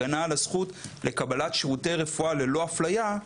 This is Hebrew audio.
הגנה על הזכות לקבלת שירותי רפואה ללא אפליה,